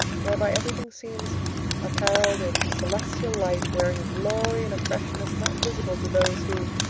whereby everything seemed apparelled in celestial light, wearing a glory and a freshness not visible to those who,